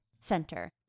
center